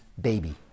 baby